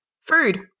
Food